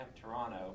Toronto